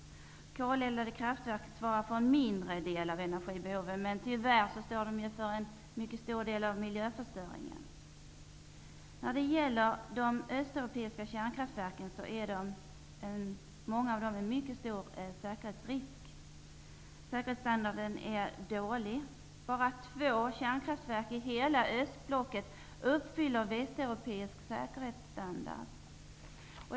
Koleldade kraftverk svarar för en mindre del av energibehoven, men tyvärr står de för en mycket stor del av miljöförstöringen. Säkerhetsriskerna är mycket stora i många av de östeuropeiska kärnkraftverken. Säkerhetsstandarden är dålig. Bara två kärnkraftverk i hela östblocket uppfyller västeuropeisk säkerhetsstandard.